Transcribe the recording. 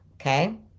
okay